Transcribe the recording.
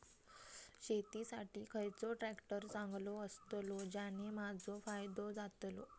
शेती साठी खयचो ट्रॅक्टर चांगलो अस्तलो ज्याने माजो फायदो जातलो?